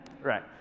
Right